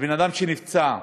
על בן-אדם שנפצע,